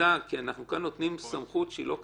שנדע כי אנחנו נותנים כאן סמכות שהיא לא קיימת.